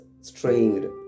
strained